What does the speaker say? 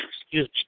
Excuse